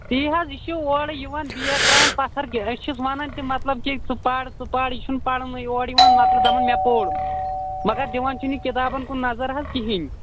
تی حظ یہِ چھُ اورٕ یِوان بیگ ترٛاوان پتھٕر کہِ أسۍ چھِس ونان تہِ مطلب کہِ ژٕ پر ژٕ پر یہِ چھُنہٕ پرنٕے اورٕ یِوان مطلب دپان مےٚ پوٚر مگر دِوان چھُنہٕ کِتابن کُن نظر حظ کِہیٖنٛۍ